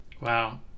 wow